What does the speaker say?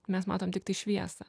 mes matom tiktai šviesą